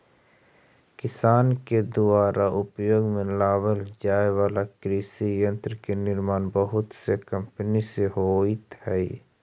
किसान के दुयारा उपयोग में लावल जाए वाला कृषि यन्त्र के निर्माण बहुत से कम्पनिय से होइत हई